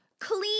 clean